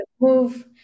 move